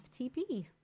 FTP